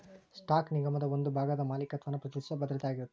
stock ನಿಗಮದ ಒಂದ ಭಾಗದ ಮಾಲೇಕತ್ವನ ಪ್ರತಿನಿಧಿಸೊ ಭದ್ರತೆ ಆಗಿರತ್ತ